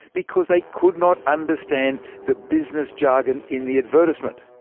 because they could not understand the business jargon in the advertisement!